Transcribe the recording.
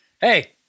hey